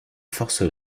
force